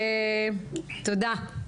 תודה.